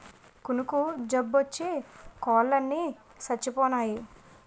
కునుకు జబ్బోచ్చి కోలన్ని సచ్చిపోనాయి